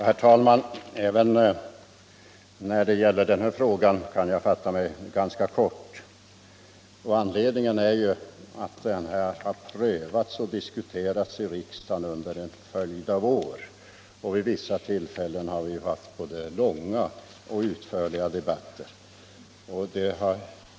Herr talman! Även när det gäller den här frågan kan jag fatta mig ganska kort. Anledningen är att den har prövats och diskuterats av riksdagen under en följd av år. Vid vissa tillfällen har vi haft både långa och utförliga debatter.